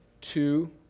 two